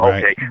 Okay